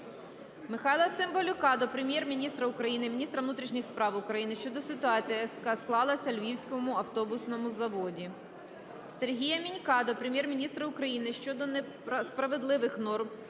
Михайла Цимбалюка до Прем'єр-міністра України, міністра внутрішніх справ України щодо ситуації, яка склалася на Львівському автобусному заводі. Сергія Мінька до Прем'єр-міністра України щодо несправедливих норм